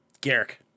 Garrick